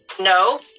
no